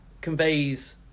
conveys